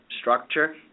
structure